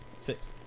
Six